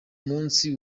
munsi